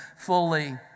fully